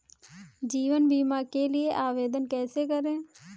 जीवन बीमा के लिए आवेदन कैसे करें?